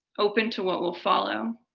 open to what will follow.